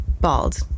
bald